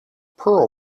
pearl